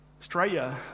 Australia